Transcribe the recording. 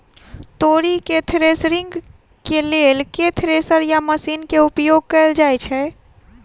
तोरी केँ थ्रेसरिंग केँ लेल केँ थ्रेसर या मशीन केँ प्रयोग कैल जाएँ छैय?